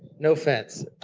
no offense.